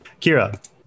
Kira